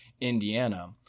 Indiana